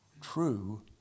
true